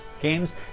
games